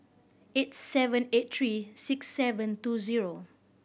eight seven eight three six seven two zero